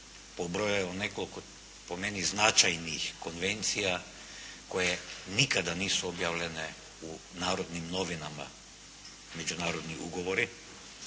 pobrojao nekoliko po meni značajnih konvencija koje nikada nisu objavljene u "Narodnim novinama", međunarodni ugovori,